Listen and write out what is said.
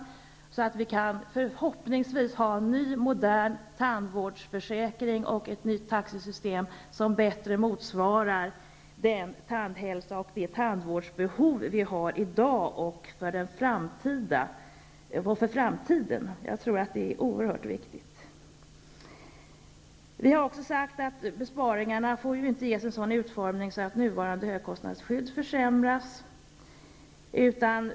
Då kan vi förhoppningsvis få en ny modern tandvårdsförsäkring och ett nytt taxesystem som bättre motsvarar den tandhälsa och det tandvårdsbehov vi har i dag och i framtiden. Jag tror att det är oerhört viktigt. Vi har också sagt att besparingarna inte får ges en sådan utformning att nuvarande högkostnadsskydd försämras.